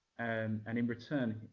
and and, in return,